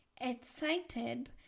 excited